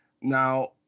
now